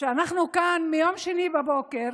שאנחנו כאן מיום שני בבוקר,